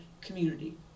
community